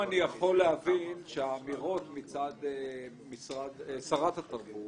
האם אני יכול להבין שהאמירות מצד שרת התרבות,